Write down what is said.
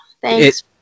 Thanks